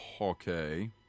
Okay